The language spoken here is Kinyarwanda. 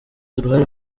uruhare